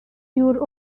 your